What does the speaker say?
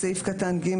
(2)בסעיף קטן (ג),